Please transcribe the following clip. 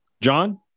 John